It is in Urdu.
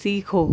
سیکھو